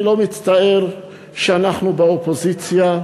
אני לא מצטער שאנחנו באופוזיציה,